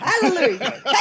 Hallelujah